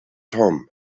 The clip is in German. tom